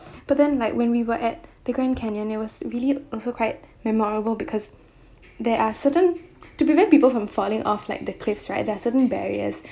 but then like when we were at the grand canyon it was really also quite memorable because there are certain to prevent people from falling off like the cliffs right there are certain barriers